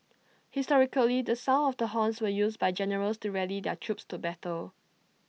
historically the sound of the horns were used by generals to rally their troops to battle